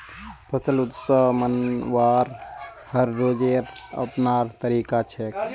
फसल उत्सव मनव्वार हर राज्येर अपनार तरीका छेक